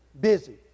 Busy